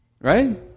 right